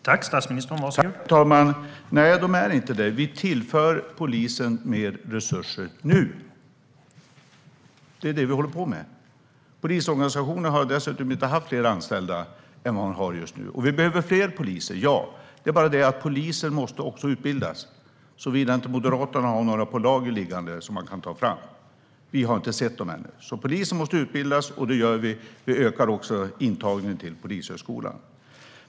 Herr talman! Nej, de är inte det. Vi tillför nu polisen mer resurser. Det är vad vi håller på med. Polisorganisationen har dessutom inte haft fler anställda än vad den har just nu. Vi behöver fler poliser, ja. Det är bara det att poliser också måste utbildas, såvida inte Moderaterna har några på lager liggande som de kan ta fram. Vi har inte sett dem ännu. Poliser måste utbildas, och det gör vi. Vi ökar också intagningen till polishögskolan.